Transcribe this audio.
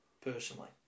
personally